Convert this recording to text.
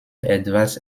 etwas